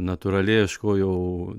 natūraliai ieškojau